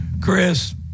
Chris